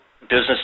business